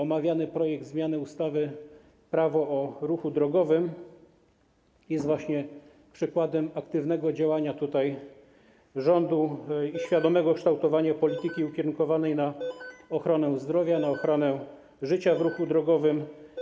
Omawiany projekt o zmianie ustawy - Prawo o ruchu drogowym jest właśnie przykładem aktywnego działania rządu i świadomego kształtowania polityki ukierunkowanej na ochronę zdrowia, na ochronę życia w ruchu drogowym.